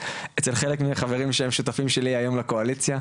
אצל חלק מהחברים שלי פה שהיום הם חלק מהקואליציה,